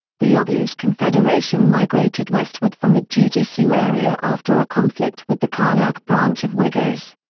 the oguz confederation migrated westward from the jeti-su area after a conflict with the karluk branch of uigurs.